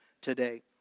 today